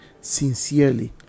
sincerely